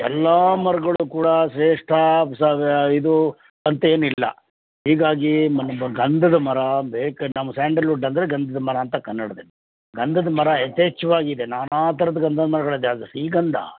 ಎಲ್ಲ ಮರ್ಗಳು ಕೂಡ ಶ್ರೇಷ್ಠ ಇದೂ ಅಂತೇನಿಲ್ಲ ಹೀಗಾಗಿ ಮ ನಿಮ್ಮ ಗಂಧದ ಮರ ಬೇಕು ನಮ್ಮ ಸ್ಯಾಂಡಲ್ವುಡ್ ಅಂದರೆ ಗಂಧದ ಮರ ಅಂತ ಕನ್ನಡದಲ್ಲಿ ಗಂಧದ ಮರ ಯಥೇಚ್ಛವಾಗಿದೆ ನಾನಾ ಥರದ ಗಂಧದ ಮರಗಳಿದಾವೆ ಶ್ರೀಗಂಧ